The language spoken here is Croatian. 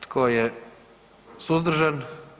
Tko je suzdržan?